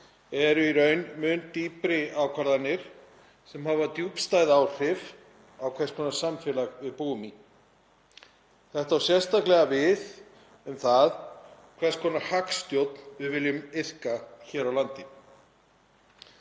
eru í raun mun dýpri ákvarðanir sem hafa djúpstæð áhrif á það hvers konar samfélagi við búum í. Þetta á sérstaklega við um það hvers konar hagstjórn við viljum iðka hér á landi.